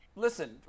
Listen